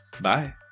Bye